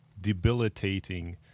debilitating